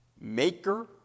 maker